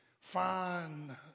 find